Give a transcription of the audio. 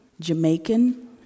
Jamaican